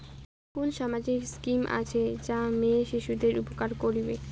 কুন সামাজিক স্কিম আছে যা মেয়ে শিশুদের উপকার করিবে?